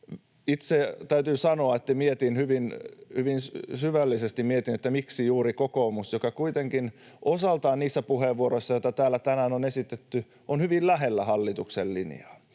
Itse täytyy sanoa, että mietin hyvin, hyvin syvällisesti, miksi juuri kokoomus, joka kuitenkin osaltaan niissä puheenvuoroissa, joita täällä tänään on esitetty, on hyvin lähellä hallituksen linjaa,